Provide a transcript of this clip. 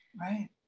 Right